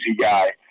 guy